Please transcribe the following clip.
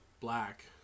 black